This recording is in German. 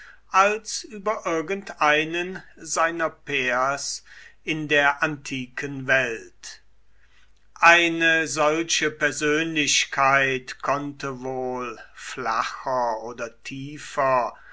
als über irgendeinen seiner pairs in der antiken welt eine solche persönlichkeit konnte wohl flacher oder tiefer